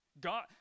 God